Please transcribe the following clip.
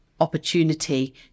opportunity